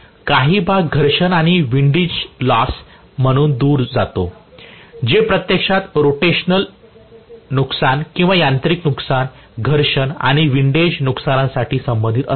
काही भाग घर्षण आणि विंडीज तोटे म्हणून दूर जातो जे प्रत्यक्षात रोटेशनल नुकसान किंवा यांत्रिक नुकसान घर्षण आणि विन्डजेस नुकसानांशी संबंधित असतात